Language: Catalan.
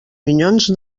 minyons